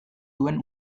duen